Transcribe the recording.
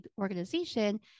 organization